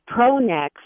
pronex